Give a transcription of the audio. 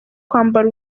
kwambara